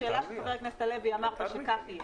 השאלה של חבר הכנסת הלוי אמרת שכך יהיה.